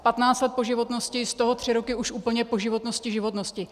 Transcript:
Patnáct let po životnosti, z toho tři roky už úplně po životnosti životnosti.